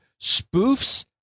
spoofs